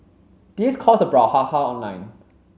this caused a brouhaha online